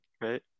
Right